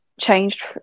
changed